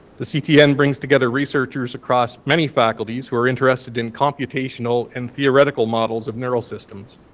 the ctn brings together researchers across many faculties who are interested in computational and theoretical models of neural systems.